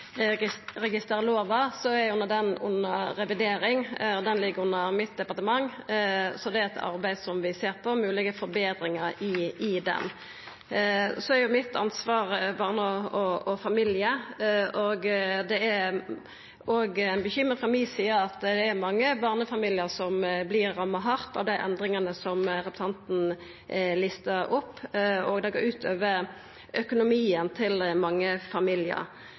er den under revidering. Den ligg under mitt departement, så det er eit arbeid no der vi ser på moglege forbetringar i den. Mitt ansvar er barn og familiar, og det er òg ei bekymring frå mi side at det er mange barnefamiliar som vert ramma hardt av dei endringane representanten lista opp. Det går ut over økonomien til mange familiar.